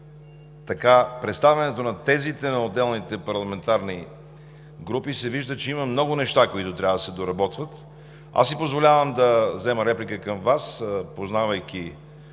още в представянето на тезите на отделните парламентарни групи се вижда, че има много неща, които трябва да се доработват. Позволявам си да взема реплика към Вас, познавайки